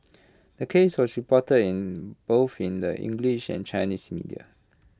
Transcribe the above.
the case was reported in both in the English and Chinese media